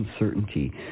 uncertainty